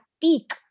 peak